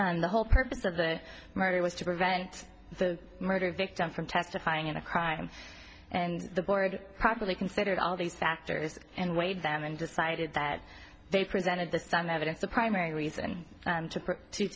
the whole purpose of the murder was to prevent the murder victim from testifying in a crime and the board properly considered all these factors and weighed them and decided that they presented to some evidence a primary reason